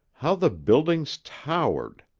how the buildings towered,